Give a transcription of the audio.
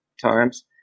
times